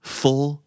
full